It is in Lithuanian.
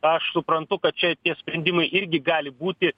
aš suprantu kad čia tie sprendimai irgi gali būti